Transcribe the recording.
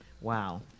Wow